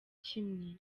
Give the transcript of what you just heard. kimwe